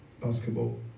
basketball